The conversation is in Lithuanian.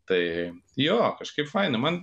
tai jo kažkaip faina man